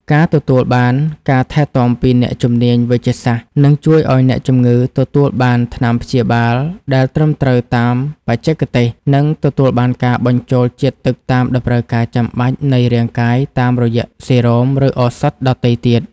ការទទួលបានការថែទាំពីអ្នកជំនាញវេជ្ជសាស្ត្រ នឹងជួយឱ្យអ្នកជំងឺទទួលបានថ្នាំព្យាបាលដែលត្រឹមត្រូវតាមបច្ចេកទេស និងទទួលបានការបញ្ចូលជាតិទឹកតាមតម្រូវការចាំបាច់នៃរាងកាយតាមរយៈសេរ៉ូម ឬឱសថដទៃទៀត។